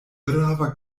brava